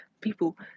People